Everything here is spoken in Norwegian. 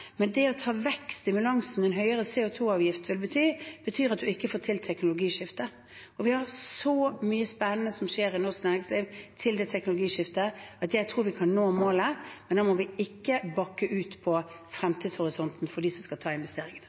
Men det å ta vekk stimulansen, en høyere CO 2 -avgift, vil bety at man ikke får til teknologiskiftet. Det er så mye spennende som skjer i norsk næringsliv knyttet til teknologiskiftet at jeg tror vi kan nå målet, men da må vi ikke bakke ut med tanke på fremtidshorisonten til dem som skal gjøre investeringene.